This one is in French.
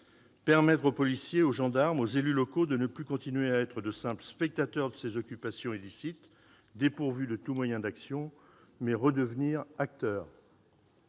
permettre aux policiers, aux gendarmes, aux élus locaux de cesser d'être de simples spectateurs de ces occupations illicites, dépourvus de tout moyen d'action, et de redevenir acteurs.